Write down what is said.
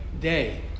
day